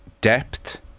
depth